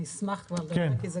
אני אשמח לדבר כבר.